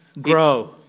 grow